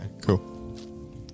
Cool